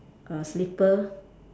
err slipper